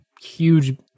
huge